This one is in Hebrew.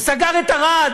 הוא סגר את "מגבות ערד",